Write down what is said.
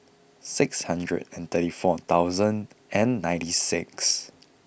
six hundred and thirty four thousand and ninety six